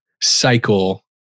cycle